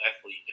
athlete